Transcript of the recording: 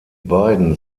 beiden